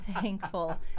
thankful